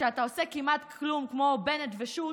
כשאתה עושה כמעט כלום, כמו בנט ושות',